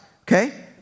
Okay